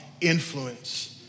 influence